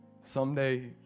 someday